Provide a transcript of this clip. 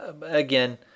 again